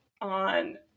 on